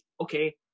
okay